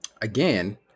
again